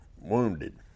wounded